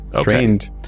trained